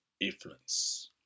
influence